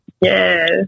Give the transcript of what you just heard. yes